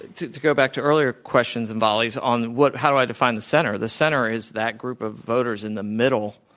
to to go back to earlier questions and volleys, on what how do i define the center? the center is that group of voters in the middle